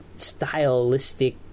stylistic